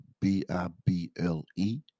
B-I-B-L-E